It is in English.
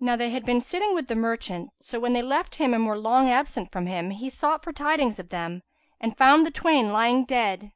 now they had been sitting with the merchant so when they left him and were long absent from him, he sought for tidings of them and found the twain lying dead